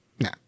no